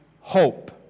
hope